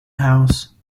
house